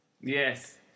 yes